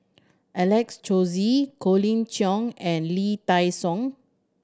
Alex Josey Colin Cheong and Lee Dai Soh